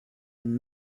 and